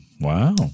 Wow